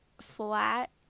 flat